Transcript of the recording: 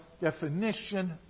definition